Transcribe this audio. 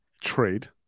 trade